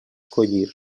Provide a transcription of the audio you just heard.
collir